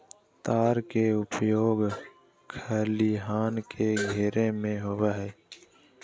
तार के उपयोग खलिहान के घेरे में होबो हइ